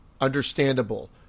understandable